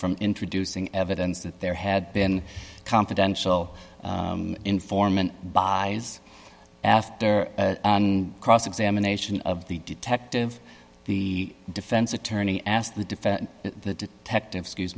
from introducing evidence that there had been confidential informant buys after and cross examination of the detective the defense attorney asked the defense the detective s